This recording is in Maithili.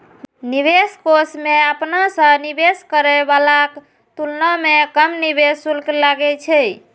निवेश कोष मे अपना सं निवेश करै बलाक तुलना मे कम निवेश शुल्क लागै छै